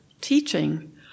teaching